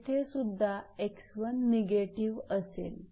येथे सुद्धा 𝑥1 निगेटिव्ह असेल